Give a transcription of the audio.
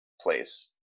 place